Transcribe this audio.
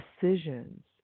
decisions